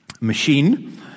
machine